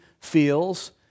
feels